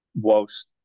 whilst